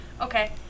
Okay